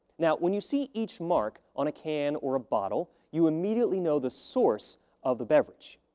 now, when you see each mark on a can or a bottle, you immediately know the source of the beverage.